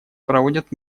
проводят